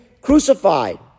crucified